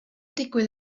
digwydd